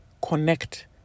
connect